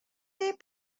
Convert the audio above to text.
they